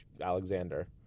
Alexander